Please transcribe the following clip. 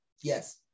Yes